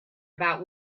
about